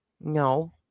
No